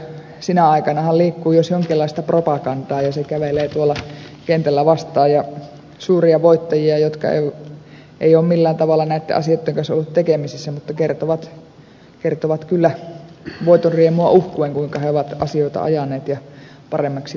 sinä aikanahan liikkuu jos jonkinlaista propagandaa ja se kävelee tuolla kentällä vastaan suuria voittajia jotka eivät ole millään tavalla näitten asioitten kanssa ollut tekemisissä mutta kertovat kyllä voitonriemua uhkuen kuinka he ovat asioita ajaneet ja paremmaksi vieneet